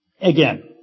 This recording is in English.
Again